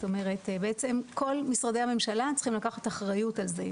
זאת אומרת בעצם כל משרדי הממשלה צריכים לקחת אחריות על זה,